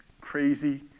crazy